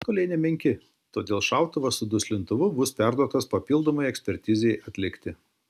nuostoliai nemenki todėl šautuvas su duslintuvu bus perduotas papildomai ekspertizei atlikti